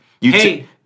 Hey